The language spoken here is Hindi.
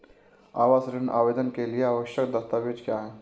आवास ऋण आवेदन के लिए आवश्यक दस्तावेज़ क्या हैं?